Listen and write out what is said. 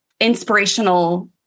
inspirational